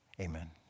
Amen